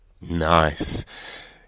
Nice